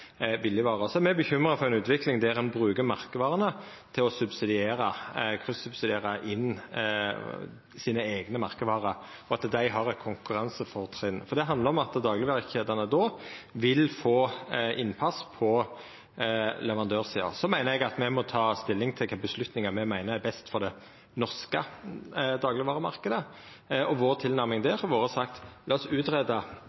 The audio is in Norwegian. Me er bekymra for ei utvikling der ein bruker merkevarene til å kryssubsidiera inn sine eigne merkevarer, og at dei har eit konkurransefortrinn. Det handlar om at daglegvarekjedene då vil få innpass på leverandørsida. Så meiner eg at me må ta stilling til kva for avgjerder me meiner er best for den norske daglegvaremarknaden. Vår tilnærming